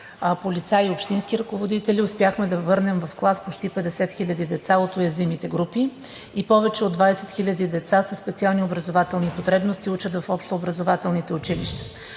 полицаи и общински ръководители успяхме да върнем в клас почти 50 хиляди деца от уязвимите групи и повече от 20 хиляди деца със специални образователни потребности учат в общообразователните училища.